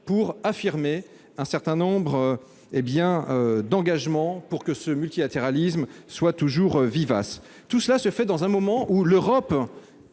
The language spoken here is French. pour affirmer un certain nombre d'engagements, afin que le multilatéralisme soit toujours vivace. Cela se fait dans un moment où l'Europe